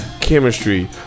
chemistry